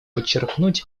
подчеркнуть